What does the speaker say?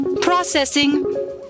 Processing